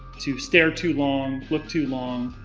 to stare too long, look too long,